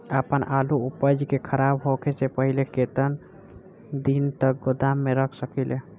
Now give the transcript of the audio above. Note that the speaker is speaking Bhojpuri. आपन आलू उपज के खराब होखे से पहिले केतन दिन तक गोदाम में रख सकिला?